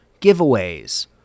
giveaways